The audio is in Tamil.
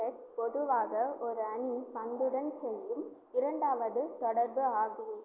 செட் பொதுவாக ஒரு அணி பந்துடன் செய்யும் இரண்டாவது தொடர்பு ஆகும்